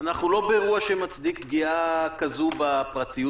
אנחנו לא באירוע שמצדיק פגיעה כזו בפרטיות